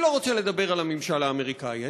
אני לא רוצה לדבר על הממשל האמריקני,